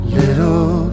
little